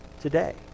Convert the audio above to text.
today